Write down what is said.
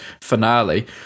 finale